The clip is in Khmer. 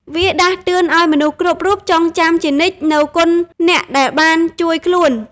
វាដាស់តឿនឲ្យមនុស្សគ្រប់រូបចងចាំជានិច្ចនូវគុណអ្នកដែលបានជួយខ្លួន។